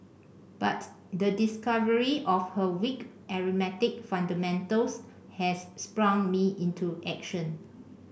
but the discovery of her weak arithmetic fundamentals has sprung me into action